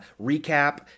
recap